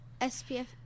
SPF